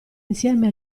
insieme